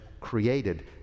created